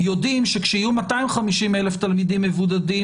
יודעים שכשיהיו 250,000 תלמידים מבודדים,